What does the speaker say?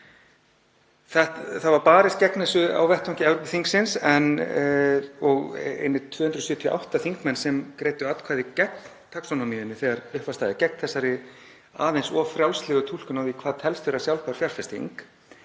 Það var barist gegn þessu á vettvangi Evrópuþingsins og einir 278 þingmenn greiddu atkvæði gegn taxonómíunni þegar upp var staðið, gegn þessari aðeins of frjálslegu túlkun á því hvað telst vera sjálfbær fjárfesting.